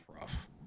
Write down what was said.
rough